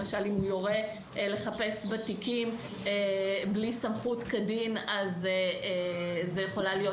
למשל אם הוא יורה לחפש בתיקים בלי סמכות כדין אז זו יכולה להיות